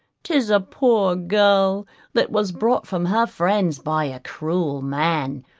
tis a poor girl that was brought from her friends by a cruel man,